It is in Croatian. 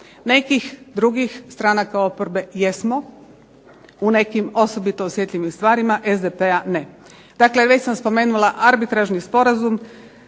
Nekih drugih stranaka oporbe jesmo u nekim osobito osjetljivim stvarima SDP-a ne. Dakle već sam spomenula arbitražni sporazum,